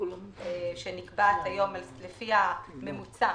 שנקבעת היום לפי הממוצע